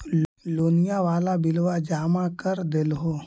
लोनिया वाला बिलवा जामा कर देलहो?